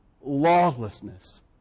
lawlessness